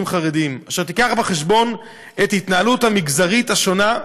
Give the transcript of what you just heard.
חרדים אשר תביא בחשבון את ההתנהלות המגזרית השונה,